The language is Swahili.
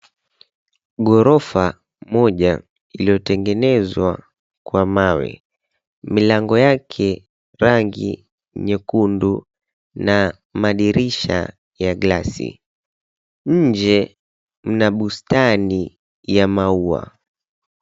Gorofa moja iliyotengenezwa kwa mawe, milango yake rangi nyekundu na madirisha ya gilasi, inje mna bustani ya maua.